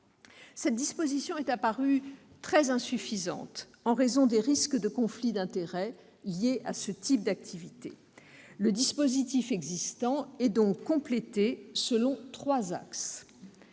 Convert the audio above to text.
Cette disposition est apparue très insuffisante en raison des risques de conflits d'intérêts liés à ce type d'activité. Ce dispositif est donc complété selon trois axes